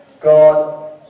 God